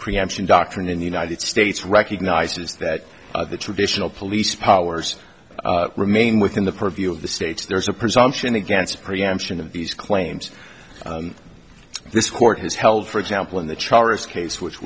preemption doctrine in the united states recognizes that the traditional police powers remain within the purview of the states there's a presumption against preemption of these claims this court has held for example in the charas case which